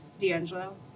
D'Angelo